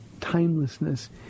timelessness